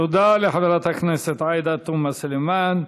תודה לחברת הכנסת עאידה תומא סלימאן.